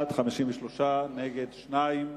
בעד, 53, נגד, 2,